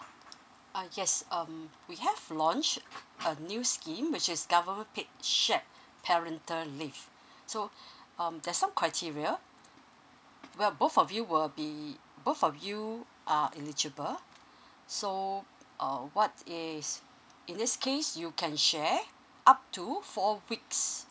ah yes um we have launched a new scheme which is government paid shared parental leave so um there's some criteria well both of you will be both of you are eligible so uh what is in this case you can share up to four weeks